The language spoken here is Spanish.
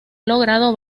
logrado